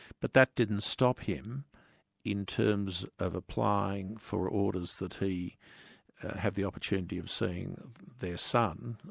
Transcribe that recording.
but that didn't stop him in terms of applying for orders that he have the opportunity of seeing their son,